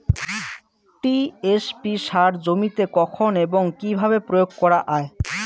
TSP সার জমিতে কখন এবং কিভাবে প্রয়োগ করা য়ায়?